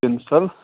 pencil